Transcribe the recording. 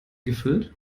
gefüllt